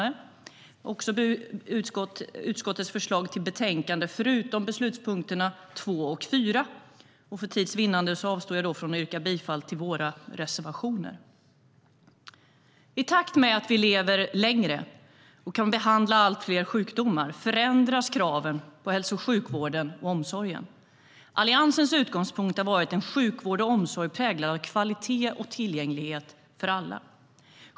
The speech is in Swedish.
Jag yrkar också bifall till utskottets förslag i betänkandet, förutom i beslutspunkterna 2 och 4. För tids vinnande avstår jag från att yrka bifall till våra reservationer.I takt med att vi lever längre och kan behandla allt fler sjukdomar förändras kraven på hälso och sjukvården och omsorgen. Alliansens utgångspunkt har varit en sjukvård och omsorg präglad av kvalitet och tillgänglighet för alla.